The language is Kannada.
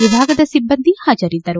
ವಿಭಾಗದ ಸಿಬ್ಲಂದಿ ಹಾಜರಿದ್ದರು